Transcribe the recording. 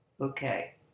Okay